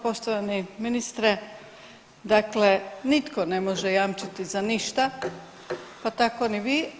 Poštovani ministre, dakle nitko ne može jamčiti za ništa, pa tako ni vi.